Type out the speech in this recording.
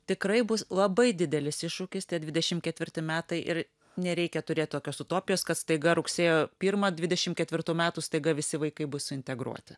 tikrai bus labai didelis iššūkis tie dvidešim ketvirti metai ir nereikia turėt tokios utopijos kad staiga rugsėjo pirmą dvidešim ketvirtų metų staiga visi vaikai bus suintegruoti